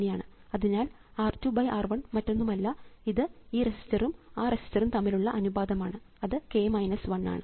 അതിനാൽ R 2 R 1 മറ്റൊന്നുമല്ല അത് ഈ റെസിസ്റ്ററും ആ റെസിസ്റ്ററും തമ്മിലുള്ള അനുപാതം ആണ് അത് k 1 ആണ്